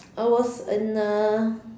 I was in a